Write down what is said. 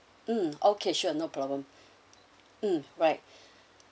mm okay sure no problem mm right